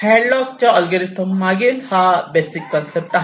हॅडलॉकच्या algorithm मागील हा basic concept आहे